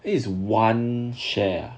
it is one share